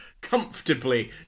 comfortably